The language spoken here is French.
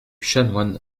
chanoine